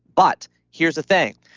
but here's the thing,